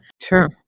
Sure